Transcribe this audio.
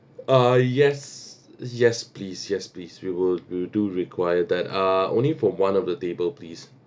ah yes yes please yes please we will we do require that uh only for one of the table please